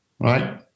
right